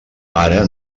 ara